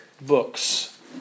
books